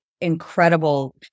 incredible